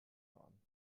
fahren